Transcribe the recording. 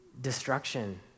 destruction